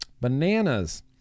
Bananas